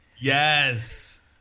Yes